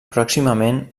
pròximament